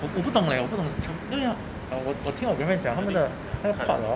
我不懂我不懂是从 leh 因为 ah 我听我 grandma 讲他们的他的 pot orh